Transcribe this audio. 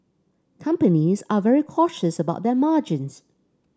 companies are very cautious about their margins